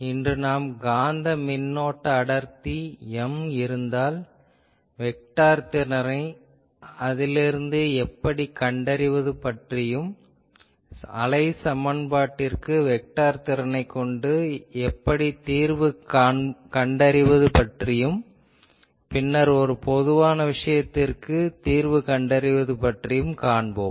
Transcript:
இன்று நாம் காந்த மின்னோட்ட அடர்த்தி M இருந்தால் வெக்டார் திறனை எவ்வாறு அதிலிருந்து கண்டறிவது பற்றியும் அலை சமன்பாட்டிற்கு வெக்டார் திறனைக் கொண்டு எப்படித் தீர்வு கண்டறிவது பற்றியும் பின்னர் ஒரு பொதுவான விஷயத்திற்குத் தீர்வு கண்டறிவது பற்றியும் காண்போம்